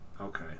Okay